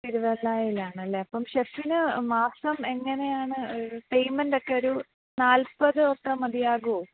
തിരുവല്ലായിലാണ് അല്ലേ അപ്പം ഷെഫിന് മാസം എങ്ങനെയാണ് പെയ്മെൻ്റ് ഒക്കെ ഒരു നാല്പ്പതൊക്കെ മതിയാകുമോ